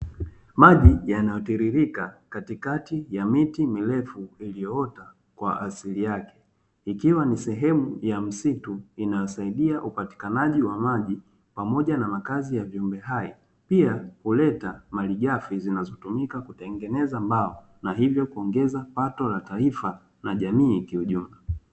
Maji yanayotiririka katikati ya miti mirefu iliyoota kwa asili yake, ikiwa ni sehemu ya msitu inayosaidia upatikanaji wa maji pamoja na makazi ya viumbe hai, pia huleta malighafi zinazotumika kutengeneza mbao na hivyo kuongeza pato la taifa na jamii kiujumla.